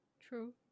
True